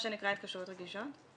כולל מה שנקרא התקשרויות רגישות?